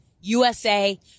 USA